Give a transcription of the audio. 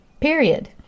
Period